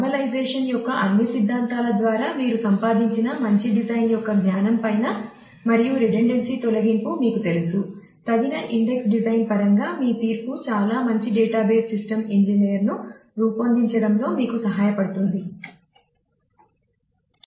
normalization యొక్క అన్ని సిద్ధాంతాల ద్వారా మీరు సంపాదించిన మంచి డిజైన్ యొక్క జ్ఞానం పైన మరియు రిడెండెన్సీ తొలగింపు మీకు తెలుసు తగిన ఇండెక్స్ డిజైన్ను రూపొందించడంలో మీకు సహాయపడుతుంది